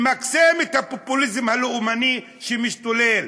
למקסם את הפופוליזם הלאומני שמשתולל.